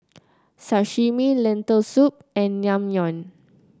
Sashimi Lentil Soup and Naengmyeon